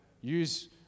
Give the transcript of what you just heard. use